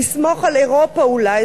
נסמוך על אירופה אולי,